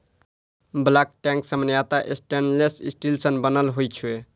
bulk tank सामान्यतः stainless steel सं बनल होइ छै